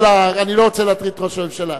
אני לא רוצה להטריד את ראש הממשלה,